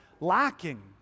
lacking